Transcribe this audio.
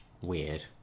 weird